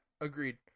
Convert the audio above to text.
agreed